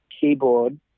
keyboard